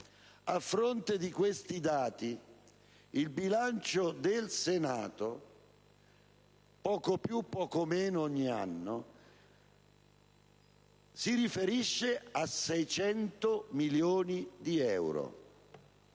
A fronte di questi dati, il bilancio del Senato, poco più, poco meno ogni anno, si riferisce a 600 milioni di euro.